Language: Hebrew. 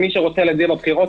מי שרוצה להגיע בבחירות,